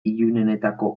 ilunenetakoa